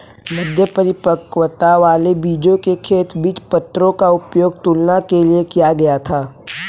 मध्य परिपक्वता वाले बीजों के खेत बीजपत्रों का उपयोग तुलना के लिए किया गया था